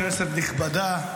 כנסת נכבדה,